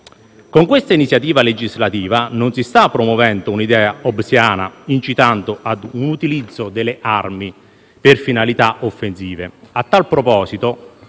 Con questa iniziativa legislativa non si sta promuovendo un'idea hobbesiana, incitando a un utilizzo delle armi per finalità offensive. A tal proposito,